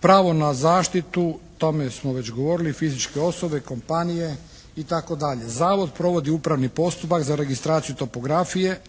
Pravo na zaštitu, o tome smo već govorili, fizičke osobe, kompanije itd. Zavod provodi upravni postupak za registraciju topografije